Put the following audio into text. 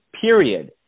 period